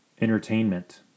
entertainment